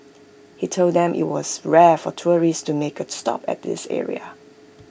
he told them IT was rare for tourists to make A stop at this area